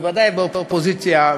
בוודאי באופוזיציה,